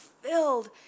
filled